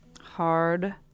Hard